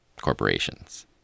corporations